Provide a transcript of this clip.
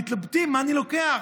מתלבטים מה אני לוקח,